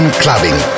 clubbing